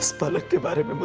palak. there but but but